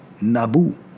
Nabu